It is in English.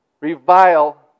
revile